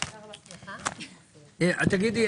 שגית,